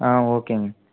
ஆ ஓகேங்க